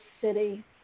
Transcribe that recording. city